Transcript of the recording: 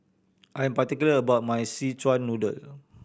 I am particular about my Szechuan Noodle